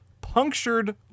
punctured